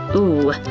ooh,